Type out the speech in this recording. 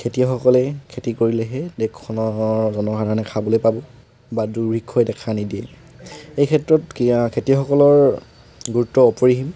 খেতিয়কসকলে খেতি কৰিলেহে দেশখনৰ জনসাধাৰণে খাবলৈ পাব বা দুৰ্ভিক্ষই দেখা নিদিয়ে এই ক্ষেত্ৰত খেতিয়কসকলৰ গুৰুত্ব অপৰিসীম